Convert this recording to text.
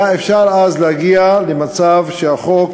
היה אפשר אז להגיע למצב שהחוק